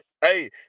hey